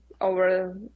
over